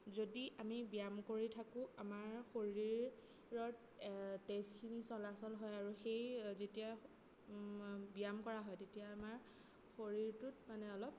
যদি আমি ব্যায়াম কৰি থাকোঁ আমাৰ শৰীৰত তেজখিনি চলাচল হয় আৰু সেই যেতিয়া ব্যায়াম কৰা হয় তেতিয়া আমাৰ শৰীৰটোত মানে অলপ